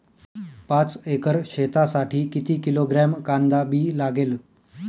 पाच एकर शेतासाठी किती किलोग्रॅम कांदा बी लागेल?